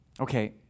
Okay